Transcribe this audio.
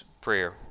prayer